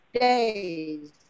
days